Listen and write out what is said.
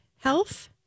health